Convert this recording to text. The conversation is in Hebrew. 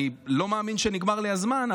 אני לא מאמין שנגמר לי הזמן,